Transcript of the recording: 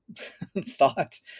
thought